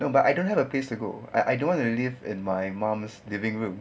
no but I don't have a place to go I I don't want to live in my mum's living room